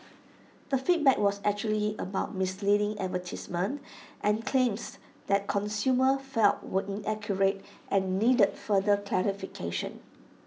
the feedback was usually about misleading advertisements and claims that consumers felt were inaccurate and needed further clarification